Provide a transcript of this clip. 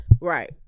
Right